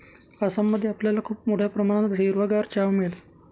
आसाम मध्ये आपल्याला खूप मोठ्या प्रमाणात हिरवागार चहा मिळेल